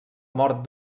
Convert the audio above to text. mort